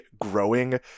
growing